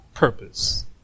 Purpose